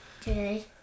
today